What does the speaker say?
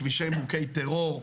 כבישים מוכי טרור,